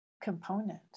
component